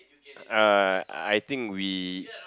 uh I think we